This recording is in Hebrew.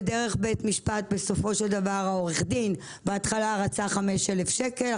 ודרך בית משפט העורך דין רצה בהתחלה 5,000 שקל,